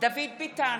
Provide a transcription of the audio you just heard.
דוד ביטן,